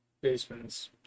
basements